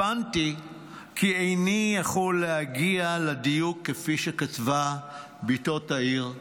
הבנתי כי איני יכול להגיע לדיוק כפי שכתבה בתו תאיר,